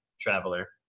Traveler